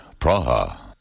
Praha